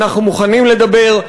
אנחנו מוכנים לדבר,